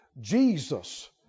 Jesus